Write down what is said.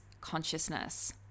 consciousness